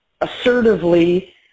assertively